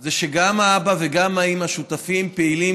זה שגם האבא וגם האימא שותפים פעילים